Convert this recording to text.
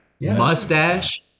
Mustache